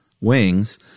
wings